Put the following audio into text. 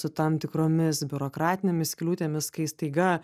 su tam tikromis biurokratinėmis kliūtimis kai staiga